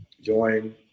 join